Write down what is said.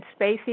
spacey